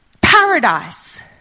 paradise